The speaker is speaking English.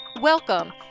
Welcome